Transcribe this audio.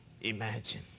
imagine